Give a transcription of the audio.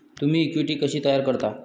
तुम्ही इक्विटी कशी तयार करता?